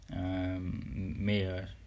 mayor